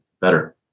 better